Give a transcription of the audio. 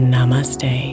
Namaste